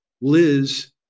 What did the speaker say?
Liz